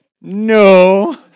No